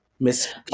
Miss